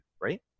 right